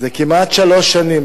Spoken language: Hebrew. זה כמעט שלוש שנים.